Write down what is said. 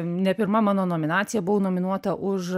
ne pirma mano nominacija buvau nominuota už